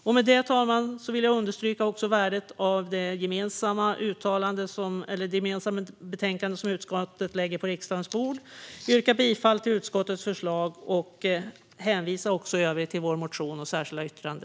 Med det, fru talman, vill jag också understryka värdet av det gemensamma betänkande som utskottet lägger på riksdagens bord. Jag yrkar bifall till utskottets förslag och hänvisar i övrigt till vår motion och vårt särskilda yttrande.